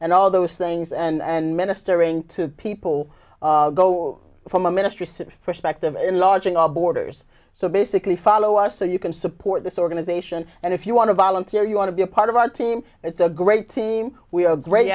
and all those things and minister ring to people from a ministry perspective enlarging our borders so basically follow us so you can support this organization and if you want to volunteer you want to be a part of our team it's a great team we are great